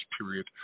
period